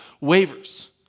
wavers